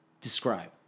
describe